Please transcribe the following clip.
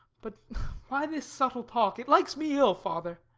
but why this subtle talk? it likes me ill, father